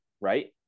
right